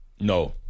No